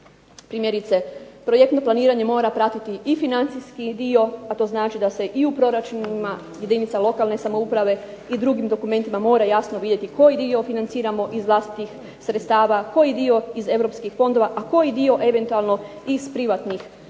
Primjerice, projekte planiranje mora pratiti i financijski dio a to znači da se u proračunima jedinica lokalne samouprave i drugim dokumentima mora jasno vidjeti koji dio financiramo iz vlastitih sredstava, koji dio iz Europskih fondova, a koji dio eventualno iz privatnih